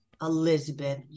Elizabeth